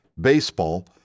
baseball